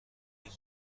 نیم